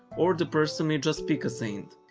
or the person may just pick a saint.